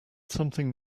something